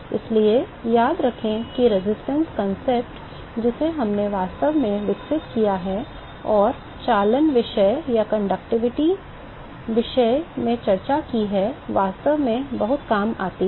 इसलिए याद रखें कि प्रतिरोध अवधारणा जिसे हमने वास्तव में विकसित किया है और चालन विषय में चर्चा की है वास्तव में बहुत काम आती है